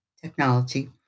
technology